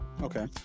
Okay